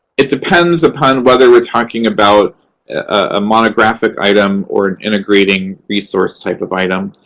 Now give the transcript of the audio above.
it depends upon whether we're talking about a monographic item or an integrating resource type of item.